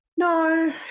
No